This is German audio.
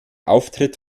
auftritt